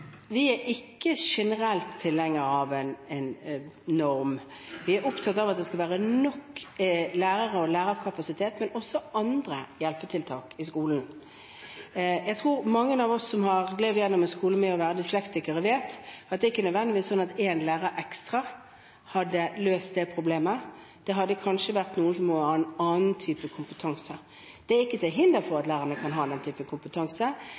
Vi er ikke generelt tilhengere av en norm. Vi er opptatt av at det skal være nok lærere og lærerkapasitet, men også av andre hjelpetiltak i skolen. Jeg tror mange av oss som har gått gjennom skolen som dyslektikere, vet at det ikke nødvendigvis er slik at en lærer ekstra hadde løst det problemet – det hadde kanskje noen med en annen type kompetanse gjort. Det er ikke til hinder for at en lærer kan ha den type kompetanse,